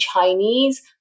Chinese